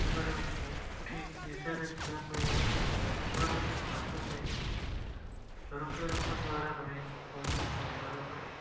ସେମାନଙ୍କୁ ଠିକ ଦିଶାରେ ଯିବା ପାଇଁ ହେଲେ ବା ପ୍ରଭାବିତ କରିବା ପାଇଁ ହେଲେ ସରକାରଙ୍କ ଦ୍ଵାରା ରହିଛି ପଶୁ କଲ୍ୟାଣ ଆଇନ